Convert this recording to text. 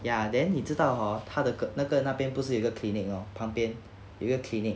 ya then 你知道 hor 他的那个那边不是有一个 clinic lor 旁边有一个 clinic